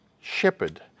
shepherd